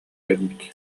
кэлбит